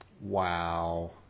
Wow